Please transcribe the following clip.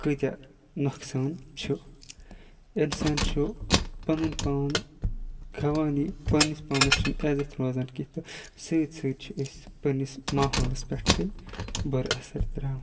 کۭتیاہ نۄقصان چھُ اِنسان چھُ پَنُن پان کھیٚوان یہِ پَننِس پانَس چھُنہٕ عیزَت روزان کینٛہہ تہٕ سۭتۍ سۭتۍ چھِ أسۍ پَننِس ماحولَس پیٚٹھ تہِ بُرٕ اَثَر تراوان